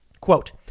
Quote